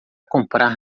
comprar